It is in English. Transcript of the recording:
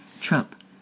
trump